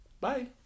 Bye